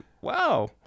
wow